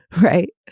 right